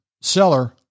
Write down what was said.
seller